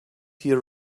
here